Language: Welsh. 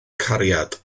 cariad